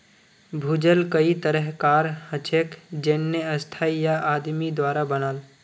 भूजल कई तरह कार हछेक जेन्ने स्थाई या आदमी द्वारा बनाल